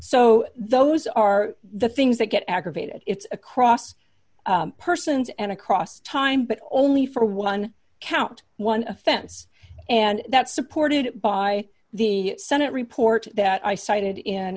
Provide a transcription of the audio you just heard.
so those are the things that get aggravated it's across persons and across time but only for one count one offense and that's supported by the senate report that i cited in